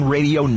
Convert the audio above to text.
Radio